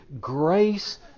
grace